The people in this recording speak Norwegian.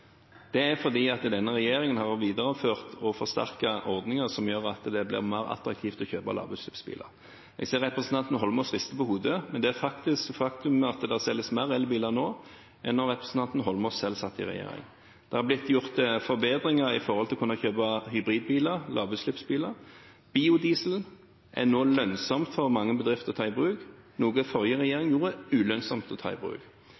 Det er fordi denne regjeringen har videreført og forsterket ordninger som gjør at det blir mer attraktivt å kjøpe lavutslippsbiler. Jeg ser representanten Eidsvoll Holmås rister på hodet, men det er et faktum at det selges mer elbiler nå enn da representanten Eidsvoll Holmås selv satt i regjering. Det har blitt gjort forbedringer i forhold til å kunne kjøpe hybridbiler, lavutslippsbiler. Biodiesel er nå lønnsomt for mange bedrifter å ta i bruk, noe forrige regjering gjorde ulønnsomt å ta i bruk.